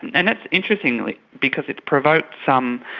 and that's interesting, like because it's provoked some